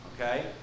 okay